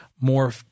more